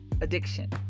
addiction